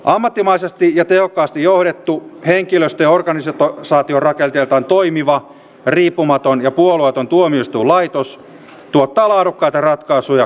ammattimaisesti ja tehokkaasti johdettu henkilöstö ja organisaatiorakenteeltaan toimiva riippumaton ja puolueeton tuomioistuinlaitos tuottaa laadukkaita ratkaisuja kohtuullisessa ajassa